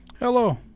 Hello